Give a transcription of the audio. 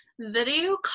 video